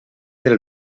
del